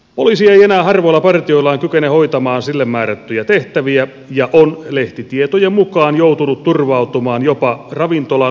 poliisi ei enää harvoilla partioillaan kykene hoitamaan sille määrättyjä tehtäviä ja on lehtitietojen mukaan joutunut turvautumaan jopa ravintolan vahtimestarin apuun